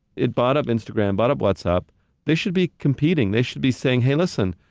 it bought up instagram, bought up whatsapp, they should be competing, they should be saying, hey, listen,